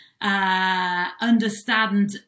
understand